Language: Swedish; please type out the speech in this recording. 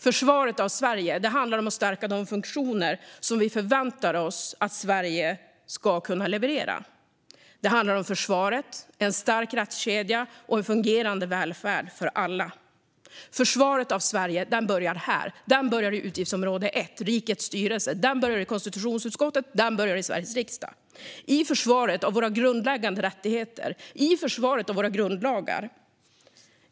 Försvaret av Sverige handlar om att stärka de funktioner som vi förväntar oss att Sverige ska kunna leverera. Det handlar om försvaret, en stark rättskedja och en fungerande välfärd för alla. Försvaret av Sverige börjar här. Det börjar i utgiftsområde 1 Rikets styrelse. Det börjar i konstitutionsutskottet. Det börjar i Sveriges riksdag, i försvaret av våra grundläggande rättigheter och i försvaret av våra grundlagar.